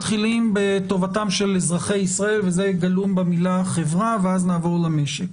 מתחילים בטובתם של אזרחי ישראל וזה גלום במילה "חברה" ואז נעבור למשק.